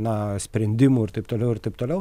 na sprendimų ir taip toliau ir taip toliau